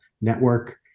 network